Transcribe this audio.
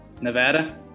Nevada